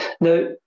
now